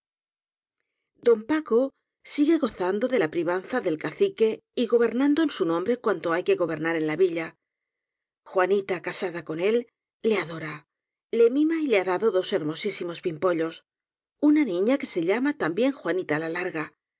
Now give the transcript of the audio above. don paco sigue gozando de la privanza del cacique y gobernando en su nombre cuanto hay que gobernar en la villa juanita casada con él le ado ra le mima y le ha dado dos hermosísimos pim pollos una niña que se llama también juanita la larga